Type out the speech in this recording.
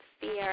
fear